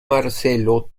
marcelo